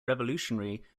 revolutionary